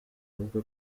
avuga